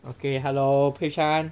okay hello 佩珊